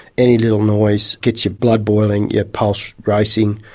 any little noise gets your blood boiling, your pulse racing,